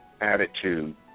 attitude